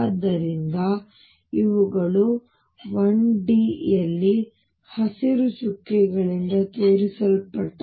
ಆದ್ದರಿಂದ ಇವುಗಳು 1D ಯಲ್ಲಿ ಹಸಿರು ಚುಕ್ಕೆಗಳಿಂದ ತೋರಿಸಲ್ಪಟ್ಟ